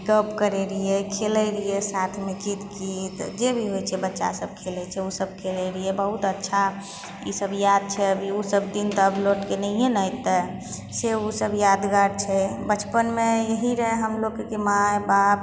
गप्प करय रहियै खेलय रहियै साथमे गीत जे भी होइ छै बच्चा सब खेलय छै उसब खेलय रहियै बहुत अच्छा ईसब याद छै अभी उसब दिन तऽ आब लौटके नहिये ने एतय से उसब यादगार छै बचपनमे यही रहय हम लोगके की माइ बाप